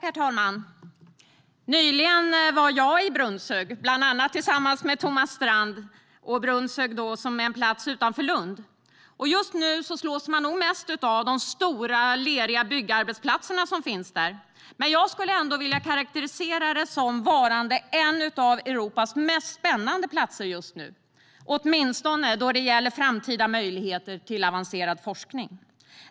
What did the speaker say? Herr talman! Nyligen var jag i Brunnshög, bland annat tillsammans med Thomas Strand. Brunnshög är en plats utanför Lund. Just nu slås man nog mest av de stora leriga byggarbetsplatser som finns där. Men jag skulle ändå vilja karakterisera det som en av Europas mest spännande platser just nu, åtminstone då det gäller framtida möjligheter till avancerad forskning.